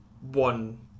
one